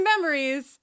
memories